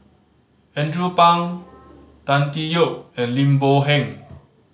Andrew Phang Tan Tee Yoke and Lim Boon Heng